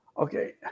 Okay